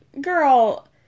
Girl